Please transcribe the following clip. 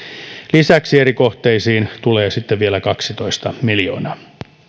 lisäksi eri kohteisiin tulee sitten vielä kaksitoista miljoonaa